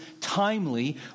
timely